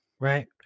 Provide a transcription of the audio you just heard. Right